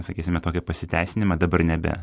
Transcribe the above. sakysime tokį pasiteisinimą dabar nebe